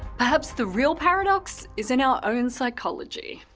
perhaps the real paradox is in our own psychology.